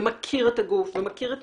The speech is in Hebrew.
ומכיר את הגוף ואת אנשיו,